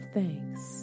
thanks